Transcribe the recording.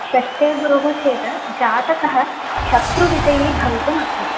षष्ठे गुरुः चेत् जातकः शत्रुविजयी भवितुमर्हति